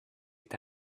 est